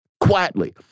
quietly